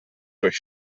durch